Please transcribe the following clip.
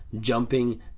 jumping